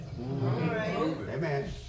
Amen